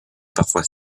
parfois